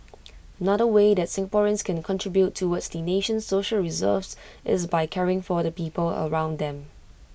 another way that Singaporeans can contribute towards the nation's social reserves is by caring for the people around them